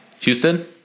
Houston